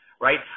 right